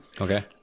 Okay